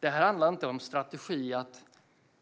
Det handlar inte om någon strategi för att